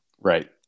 Right